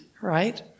right